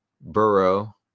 Burrow